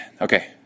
okay